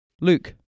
Luke